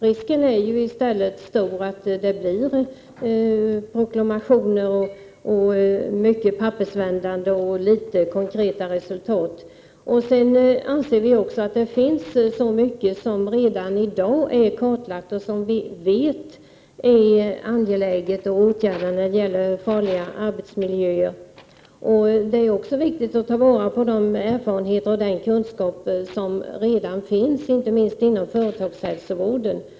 Risken är ju i stället stor att det blir proklamationer och mycket pappersvändande och få konkreta resultat. Vi anser också att många farliga arbetsmiljöer redan i dag är kartlagda. Vi vet att det är angeläget att åtgärda dem. Det är också viktigt att ta vara på den erfarenhet och den kunskap som redan finns, inte minst inom företagshälsovården.